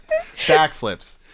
Backflips